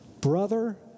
brother